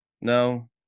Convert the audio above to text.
No